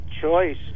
choice